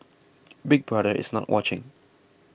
Big Brother is not watching